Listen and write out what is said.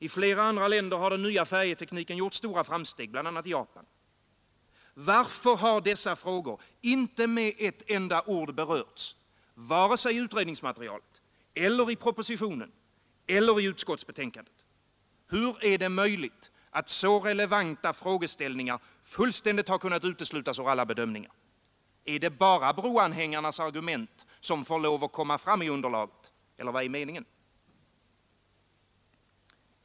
I flera andra länder har den nya färjetekniken gjort stora framsteg, bl.a. Japan. Varför har dessa frågor inte med ett enda ord berörts vare sig i utredningsmaterialet eller i propositionen eller i utskottsbetänkandet? Hur är det möjligt att så relevanta frågeställningar fullständigt kunnat uteslutas ur alla bedömningar? Är det bara broanhängarnas argument som får komma fram i underlaget — eller vad är meningen?